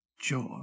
joy